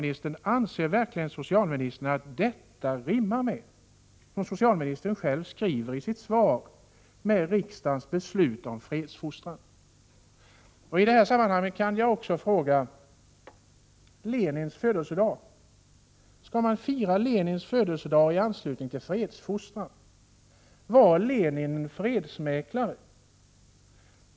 I detta sammanhang vill jag också fråga: Skall man fira Lenins födelsedag i anslutning till fredsfostran? Var Lenin fredsmäklare?